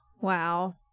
Wow